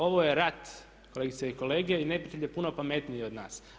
Ovo je rat kolegice i kolege i neprijatelj je puno pametniji od nas.